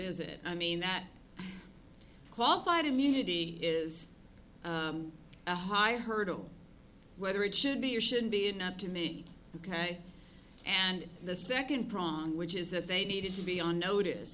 is it i mean that qualified immunity is a high hurdle whether it should be or should be enough to me ok and the second prong which is that they needed to be on notice